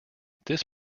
this